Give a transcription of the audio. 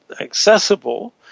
accessible